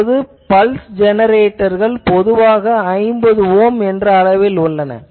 இப்போது பல்ஸ் ஜெனரேட்டர்கள் பொதுவாக 50 ஓம் என்ற அளவில் உள்ளன